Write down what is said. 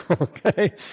okay